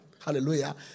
Hallelujah